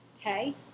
Okay